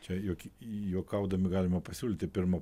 čia juk juokaudami galima pasiūlyti pirma